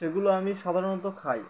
সেগুলো আমি সাধারণত খাই